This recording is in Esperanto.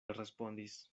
respondis